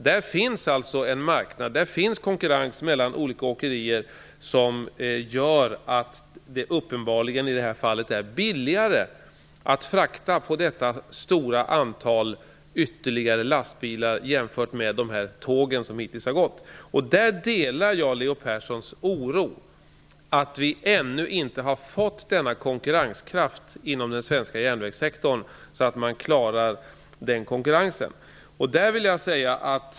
Där finns en marknad, och där finns en konkurrens mellan olika åkerier som gör att det i det här fallet uppenbarligen är billigare att frakta virke på ett stort antal ytterligare lastbilar jämfört med de tåg som hittills har gått. Jag delar Leo Perssons oro över att vi ännu inte har en konkurrenskraft inom den svenska järnvägssektorn som gör att den klarar konkurrensen med vägtransporter.